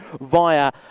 via